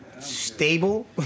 stable